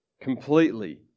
completely